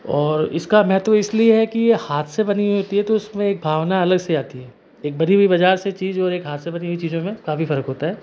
और इसका महत्व इसीलिए है कि ये हाथ से बनी हुई होती है तो उसमें एक भावना अलग से आती है एक बनी हुई बाजार की चीज़ और एक हाथ से बनी हुई चीज़ों में काफ़ी फर्क होता है